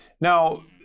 Now